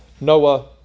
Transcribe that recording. Noah